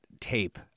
tape